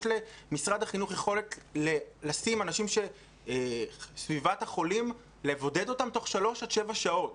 יש למשרד החינוך יכולת לבודד את סביבת החולים תוך שלוש עד שבע שעות.